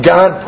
God